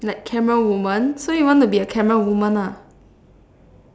like camera woman so you want to be a camera woman lah